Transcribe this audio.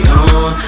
on